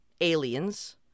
aliens